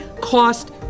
cost